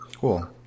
cool